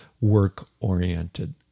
work-oriented